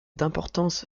d’importance